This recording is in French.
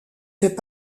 fait